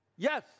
Yes